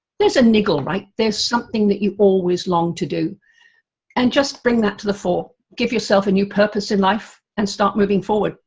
there's a niggle right? there's something that you always longed to do and just bring that to the fore. give yourself a new purpose in life and start moving forward,